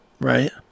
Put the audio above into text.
Right